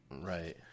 Right